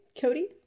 Cody